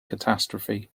catastrophe